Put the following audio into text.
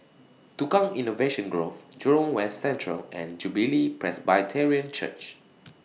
Tukang Innovation Grove Jurong West Central and Jubilee Presbyterian Church